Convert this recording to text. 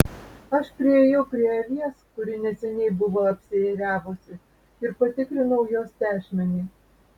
aš priėjau prie avies kuri neseniai buvo apsiėriavusi ir patikrinau jos tešmenį